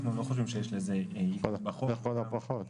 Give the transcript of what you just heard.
לכל הפחות.